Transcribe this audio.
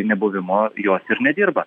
nebuvimo jos ir nedirba